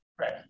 Right